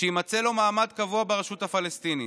שיימצא לו מעמד קבוע ברשות הפלסטינית.